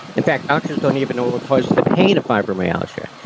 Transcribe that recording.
in fact, doctors don't even know what what causes the pain of fibromyalgia.